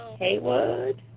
heywood?